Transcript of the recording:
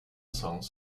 songs